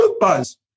buzz